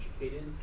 educated